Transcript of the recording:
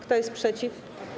Kto jest przeciw?